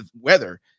weather